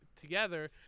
together